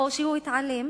או שהוא התעלם,